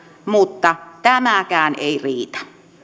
mutta tämäkään ei riitä